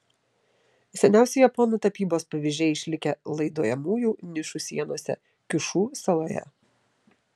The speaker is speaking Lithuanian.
seniausi japonų tapybos pavyzdžiai išlikę laidojamųjų nišų sienose kiušu saloje